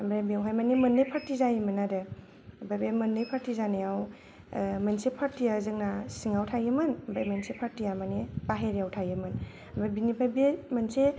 आमफ्राय बेवहाय मानि मोननै फारथि जायोमोन आरो आमफ्राय बे मोननै फारथि जानायाव मोनसे फारथिया जोंना सिङाव थायोमोन आमफ्राय मोनसे फारथिया माने बायह्रायाव थायोमोन आमफ्राय बेनिफ्राइ बे मोनसे